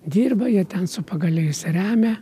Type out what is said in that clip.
dirba jie ten su pagaliais remia